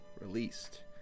released